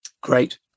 great